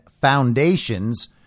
foundations